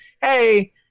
hey